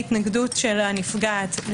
את התכלית שלשמה מתבקשת הראיה בדרך אחרת באופן סביר.